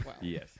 Yes